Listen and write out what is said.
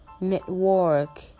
network